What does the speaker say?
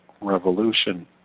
revolution